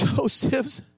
Joseph's